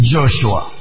Joshua